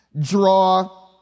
draw